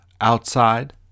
outside